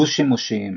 דו שימושיים.